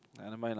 orh never mind lah